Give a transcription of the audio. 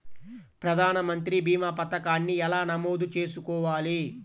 ప్రధాన మంత్రి భీమా పతకాన్ని ఎలా నమోదు చేసుకోవాలి?